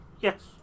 Yes